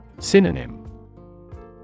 Synonym